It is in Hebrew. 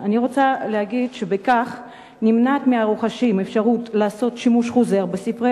אני רוצה להגיד שבכך נמנעת מהרוכשים אפשרות לעשות שימוש בספרי